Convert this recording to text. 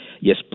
yes